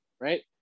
right